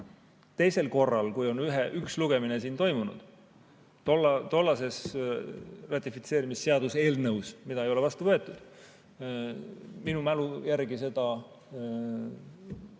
Teisel korral on üks lugemine siin toimunud. Tollases ratifitseerimisseaduse eelnõus, mida ei ole vastu võetud, minu mälu järgi seda